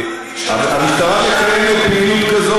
אתה בא להגיד,